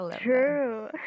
true